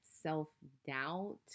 self-doubt